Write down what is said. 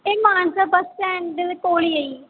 ਇਹ Mansa bus stand ਦੇ ਕੋਲ ਹੀ ਹੈ ਜੀ